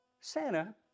Santa